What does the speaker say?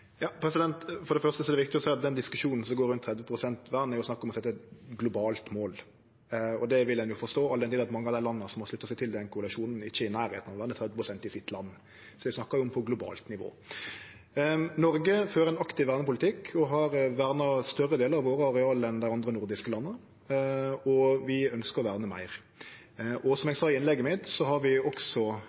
For det første er det viktig å seie at i den diskusjonen som går rundt 30 pst. vern, er det snakk om å setje eit globalt mål, og det vil ein jo forstå, all den tid mange av dei landa som har slutta seg til den koalisjonen, ikkje er i nærleiken av å verne 30 pst. i sitt land. Så vi snakkar om på globalt nivå. Noreg fører ein aktiv vernepolitikk og har verna større delar av våre areal enn dei andre nordiske landa, og vi ønskjer å verne meir. Som eg sa i innlegget mitt, har vi